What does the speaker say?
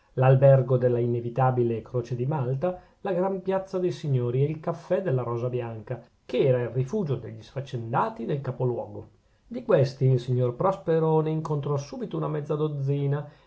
l'albergo della inevitabile croce di malta la gran piazza dei signori e il caffè della rosa bianca che era il rifugio degli sfaccendati del capoluogo di questi il signor prospero ne incontrò subito una mezza dozzina